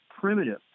primitive